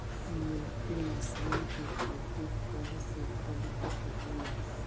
Milky mushroom के खेती कब से कब तक होला?